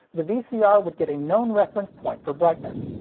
the vcr would get a known reference point for brightness.